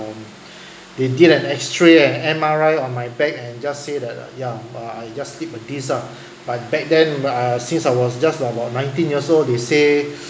um they did an X ray and M_R_I on my back and just say that uh yeah I just slipped a disc ah but back then uh since I was just about nineteen years old they say